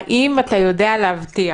האם אתה יודע להבטיח